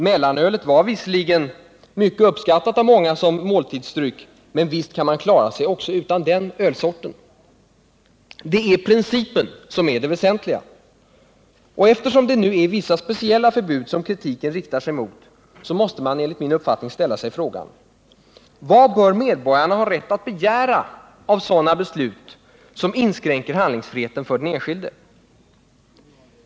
Mellanölet var som måltidsdryck visserligen mycket uppskattat av många, men visst kan man klara sig också utan den ölsorten. Det är principen som är det väsentliga, och eftersom det nu är vissa speciella förbud som kritiken riktar sig mot måste man enligt min uppfattning ställa sig frågan: Vad bör medborgarna ha rätt att begära av sådana beslut som inskränker handlingsfriheten för den enskilde?